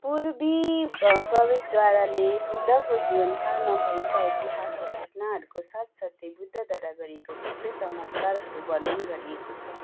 पूर्वी प्रवेशद्वारले बुद्धको जीवनकालमा भएका ऐतिहासिक घटनाहरूको साथसाथै बुद्धद्वारा गरिएको थुप्रै चमत्कारहरू वर्णन गरिएको छ